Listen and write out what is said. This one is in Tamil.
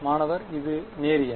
மாணவர் இது நேரியல்